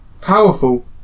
powerful